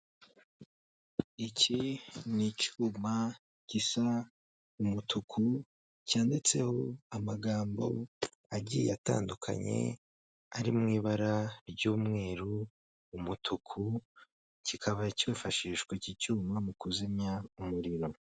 Iki ni icyuma gisa umutuku , cyanditseho amagambo agiye atandukanye ari mu ibara ry'umweru ,umutuku , kikaba kifashishwa iki cyuma mu kuzimya umuriro.